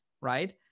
right